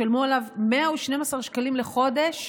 ישלמו עליו 112 שקלים לחודש,